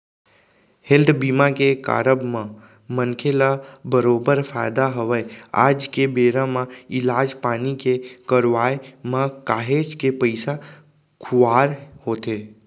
health बीमा के कारब म मनखे ल बरोबर फायदा हवय आज के बेरा म इलाज पानी के करवाय म काहेच के पइसा खुवार होथे